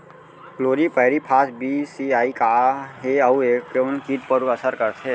Chlorpyrifos बीस CE का हे अऊ ए कोन किट ऊपर असर करथे?